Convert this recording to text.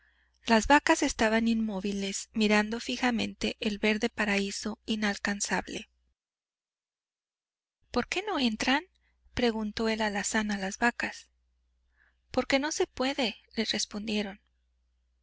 las vacas estaban inmóviles mirando fijamente el verde paraíso inalcanzable por qué no entran preguntó el alazán a las vacas porque no se puede le respondieron